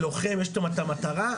ללוחם יש את המטרה,